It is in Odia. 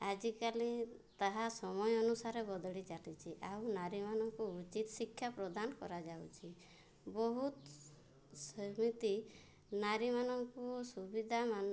ଆଜିକାଲି ତାହା ସମୟ ଅନୁସାରେ ବଦଳି ଚାଲିଛି ଆଉ ନାରୀମାନଙ୍କୁ ଉଚିତ ଶିକ୍ଷା ପ୍ରଦାନ କରାଯାଉଛି ବହୁତ ସେମିତି ନାରୀମାନଙ୍କୁ ସୁବିଧା